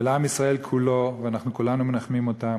ולעם ישראל כולו, ואנחנו כולנו מנחמים אותם,